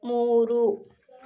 ಮೂರು